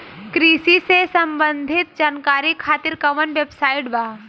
कृषि से संबंधित जानकारी खातिर कवन वेबसाइट बा?